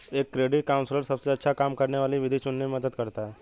एक credit counsellor सबसे अच्छा काम करने वाली विधि चुनने में मदद करता है